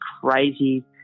crazy